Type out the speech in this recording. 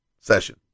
session